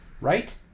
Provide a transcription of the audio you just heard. Right